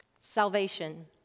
Salvation